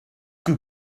que